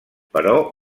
però